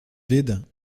vides